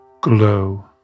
glow